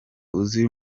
uzi